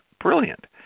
Brilliant